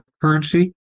currency